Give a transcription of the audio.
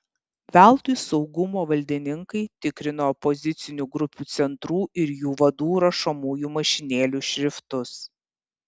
veltui saugumo valdininkai tikrino opozicinių grupių centrų ir jų vadų rašomųjų mašinėlių šriftus